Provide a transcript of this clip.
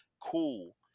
Cool